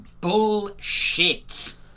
Bullshit